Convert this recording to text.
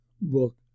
book